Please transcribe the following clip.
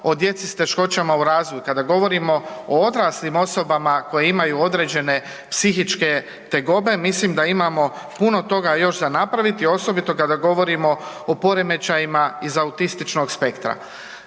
o djeci s teškoćama u razvoju, kada govorimo o odraslim osobama koje imaju određene psihičke tegobe, mislim da imamo puno toga još za napraviti, osobito kada govorimo o poremećajima iz autističnog spektra.